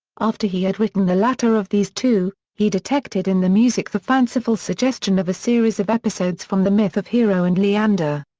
after he had written the latter of these two, he detected in the music the fanciful suggestion of a series of episodes from the myth of hero and leander.